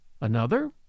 Another